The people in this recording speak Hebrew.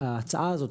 ההצעה הזאת,